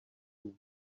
you